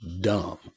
dumb